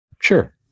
Sure